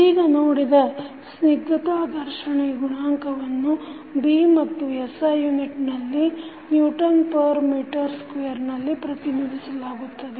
ಇದೀಗ ನೋಡಿದ ಸ್ನಿಗ್ಧತಾ ಘರ್ಷಣೆ ಗುಣಾಂಕವನ್ನು B ಮತ್ತು SI ಯುನಿಟ್ನಲ್ಲಿ n ms ನಲ್ಲಿ ಪ್ರತಿನಿಧಿಸಲಾಗುತ್ತದೆ